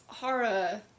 Hara